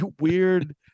weird